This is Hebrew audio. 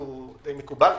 שמקובל,